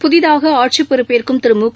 புதிதாகஆட்சிபொறுப்பேற்கும் திருழுக